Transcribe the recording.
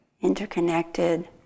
interconnected